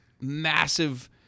massive